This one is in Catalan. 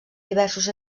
diversos